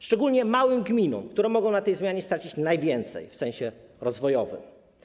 Szczególnie małym gminom, które mogą na tej zmianie stracić najwięcej, w sensie rozwojowym.